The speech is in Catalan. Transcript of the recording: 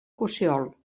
cossiol